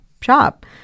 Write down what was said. shop